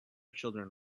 children